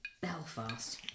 Belfast